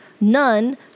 None